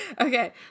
Okay